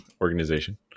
organization